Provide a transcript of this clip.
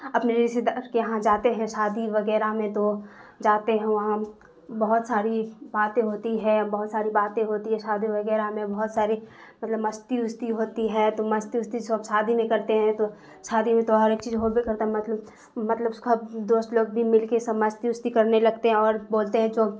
اپنے رشتے دار کے یہاں جاتے ہیں شادی وغیرہ میں تو جاتے ہیں وہاں بہت ساری باتیں ہوتی ہے بہت ساری باتیں ہوتی ہے شادی وغیرہ میں بہت ساری مطلب مستی وستی ہوتی ہے تو مستی وستی سب شادی میں کرتے ہیں تو شادی میں تو ہر ایک چیج ہوبے کرتا ہے مطلب مطلب اس کا دوست لوگ بھی مل کے سب مستی وستی کرنے لگتے ہیں اور بولتے ہیں جو